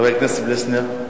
חבר הכנסת פלסנר?